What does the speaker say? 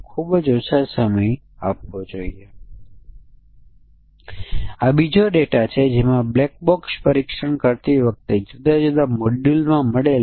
તે પહેલાં નાની ક્વિઝ જોઇયે જે એક ફંકશન કે જે ax2bxc નો જવાબ લાવે છે તેના બ્લેક બોક્સ પરીક્ષણ સ્યુટની ડિઝાઇન માટેની છે